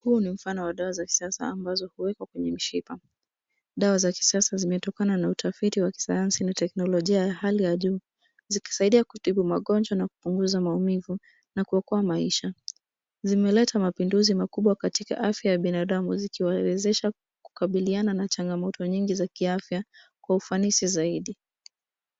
Huu ni mfano wa dawa za kisasa, ambazo huwekwa kwenye mishipa. Dawa za kisasa zimetokana na utafiti wa kisayansi na teknolojia ya hali ya juu. Zikisaidia kutibu magonjwa na kupunguza maumivu na kuokoa maisha. Zimeleta mapinduzi makubwa katika afya ya binadamu, zikiwawezesha kukabiliana na changamoto nyingi za kiafya kwa ufanisi zaidi.